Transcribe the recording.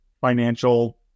financial